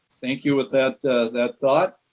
thank you with that that thought.